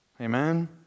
Amen